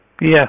Yes